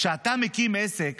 כשאתה מקים עסק